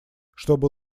чтобы